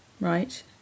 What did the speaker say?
Right